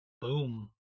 Boom